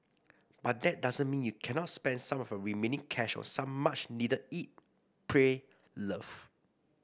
but that doesn't mean you cannot spend some of your remaining cash on some much needed eat pray love